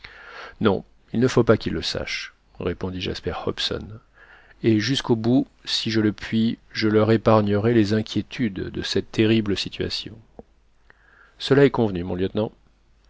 non il ne faut pas qu'ils le sachent répondit jasper hobson et jusqu'au bout si je le puis je leur épargnerai les inquiétudes de cette terrible situation cela est convenu mon lieutenant